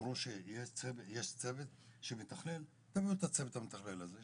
אמרו שיש צוות שמתכלל - תביאו את הצוות המתכלל הזה,